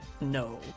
no